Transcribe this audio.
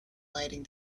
lighting